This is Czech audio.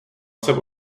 jsem